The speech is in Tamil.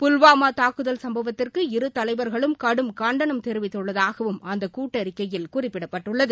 புல்வாமா தாக்குதல் சம்பவத்திற்கு இரு தலைவர்களும் கடும் கண்டனம் தெரிவித்துள்ளதாகவும் அந்த கூட்டறிக்கையில் குறிப்பிடப்பட்டுள்ளது